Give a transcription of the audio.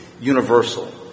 universal